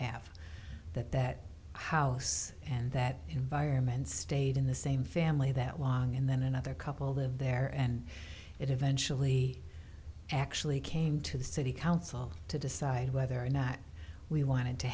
that that house and that environment stayed in the same family that won and then another couple live there and it eventually actually came to the city council to decide whether or not we wanted to